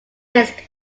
risk